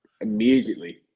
immediately